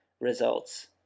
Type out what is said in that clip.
results